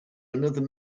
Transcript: another